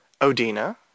Odina